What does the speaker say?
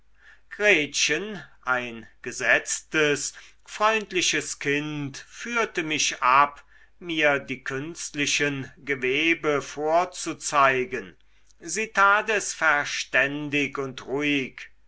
gretchen ein gesetztes freundliches kind führte mich ab mir die künstlichen gewebe vorzuzeigen sie tat es verständig und ruhig